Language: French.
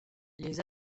les